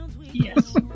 Yes